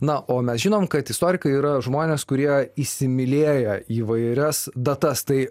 na o mes žinom kad istorikai yra žmonės kurie įsimylėję įvairias datas tai